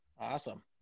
Awesome